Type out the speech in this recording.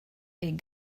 est